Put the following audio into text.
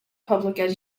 public